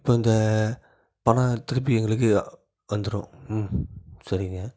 இப்போ இந்த பணம் திருப்பி எங்களுக்கு வந்துடும் ம் சரிங்க